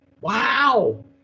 Wow